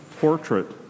portrait